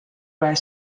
vaja